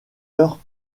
heure